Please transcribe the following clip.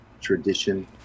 tradition